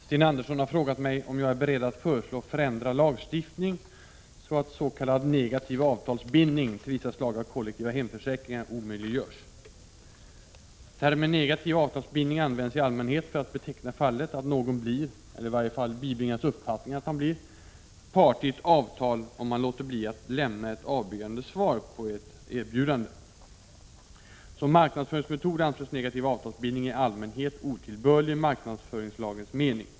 Herr talman! Sten Andersson i Malmö har frågat mig om jag är beredd att föreslå ändrad lagstiftning, så att ”negativ avtalsbindning” till vissa slag av kollektiva hemförsäkringar omöjliggörs. Termen negativ avtalsbindning används i allmänhet för att beteckna fallet att någon blir — eller i varje fall bibringas uppfattningen att han blir — part i ett avtal, om han låter bli att lämna ett avböjande svar på ett erbjudande. Som marknadsföringsmetod anses negativ avtalsbindning i allmänhet otillbörlig i marknadsföringslagens mening.